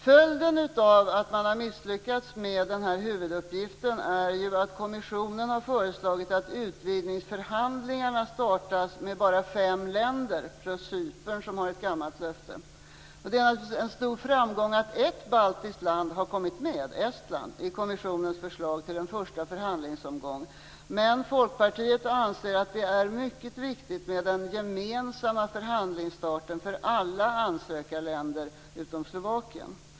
Följden av att man har misslyckats med huvuduppgiften är att kommissionen har föreslagit att utvidgningsförhandlingarna startas med bara fem länder samt Cypern som har ett gammalt löfte. Det är en stor framgång att ett baltiskt land - Estland - har kommit med i kommissionens förslag till en första förhandlingsomgång, men Folkpartiet anser att det är mycket viktigt med en gemensam förhandlingsstart för alla ansökarländer, utom Slovakien.